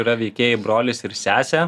yra veikėjai brolis ir sesė